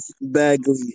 Bagley